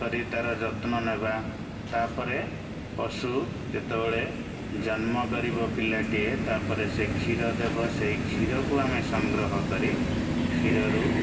କରି ତା'ର ଯତ୍ନ ନେବା ତା'ପରେ ପଶୁ ଯେତେବେଳେ ଜନ୍ମ କରିବ ପିଲାଟିଏ ତା'ପରେ ସେଇ କ୍ଷୀର ଦେବ କ୍ଷୀରକୁ ଆମେ ସଂଗ୍ରହ କରି କ୍ଷୀରରୁ